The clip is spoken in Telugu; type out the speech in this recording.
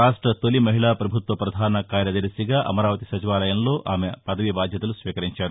రాష్ట్ర తొలి మహిళా పభుత్వ ప్రధాన కార్యదర్శిగా అమరావతి సచివాలయంలో ఆమె పదవీ బాధ్యతలు స్వీకరించారు